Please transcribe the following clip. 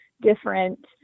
different